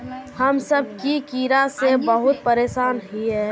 हम सब की कीड़ा से बहुत परेशान हिये?